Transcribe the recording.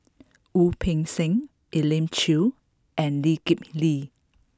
Wu Peng Seng Elim Chew and Lee Kip Lee